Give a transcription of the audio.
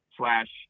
slash